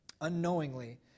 Unknowingly